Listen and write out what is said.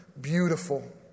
beautiful